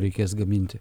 reikės gaminti